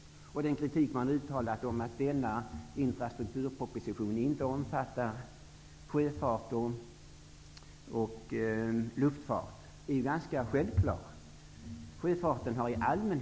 Socialdemokraterna har också uttalat kritik mot att denna infrastrukturproposition inte omfattar sjöfart och luftfart, men att dessa områden inte finns med är ganska självklart.